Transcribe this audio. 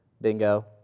Bingo